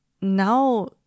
now